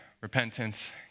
repentance